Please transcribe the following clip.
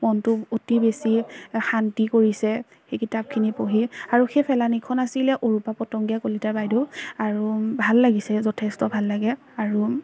মনটো অতি বেছি শান্তি কৰিছে সেই কিতাপখিনি পঢ়ি আৰু সেই ফেলানীখন আছিলে অৰূপা পটংগীয়া কলিতা বাইদেউ আৰু ভাল লাগিছে যথেষ্ট ভাল লাগে আৰু